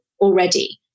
already